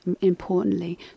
importantly